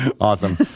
Awesome